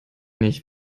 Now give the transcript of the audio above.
nicht